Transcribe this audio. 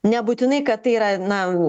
nebūtinai kad tai yra na